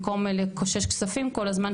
במקום לקושש כספים כל הזמן,